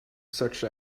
such